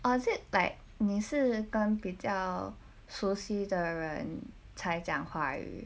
or is it like 你是跟比较熟悉的人才讲华语